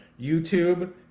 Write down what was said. YouTube